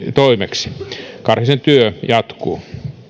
toimeksi karhisen työ jatkuu